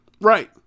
Right